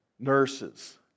Nurses